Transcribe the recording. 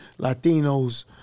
Latinos